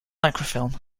microfilm